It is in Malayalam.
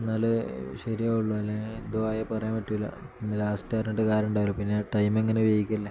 എന്നാൽ ശരിയാവുകയുള്ളൂ അല്ലെ ഇതു ആയി പറയാൻ പറ്റില്ല ലാസ്റ്റ് പറഞ്ഞിട്ട് കാര്യം ഉണ്ടാകില്ല പിന്നെ ടൈം എങ്ങനെ വെകിയേക്കല്ലേ